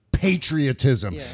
patriotism